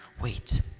wait